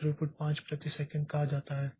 तो थ्रूपुट 5 प्रति सेकंड कहा जाता है